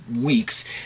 weeks